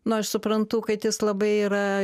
nu aš suprantu kad jis labai yra